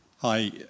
Hi